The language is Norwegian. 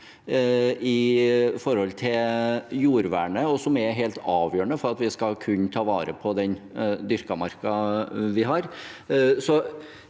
gjort med jordvernet, og som er helt avgjørende for at vi skal kunne ta vare på den dyrkamarka vi har.